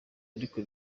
ariko